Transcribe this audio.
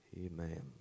Amen